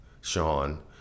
Sean